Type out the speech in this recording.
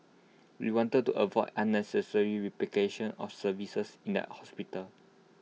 we wanted to avoid unnecessary replication of services in the hospital